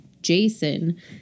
Jason